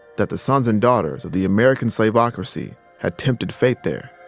that the sons and daughters of the american slavocracy had tempted fate there.